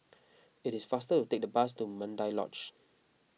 it is faster to take the bus to Mandai Lodge